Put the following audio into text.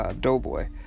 Doughboy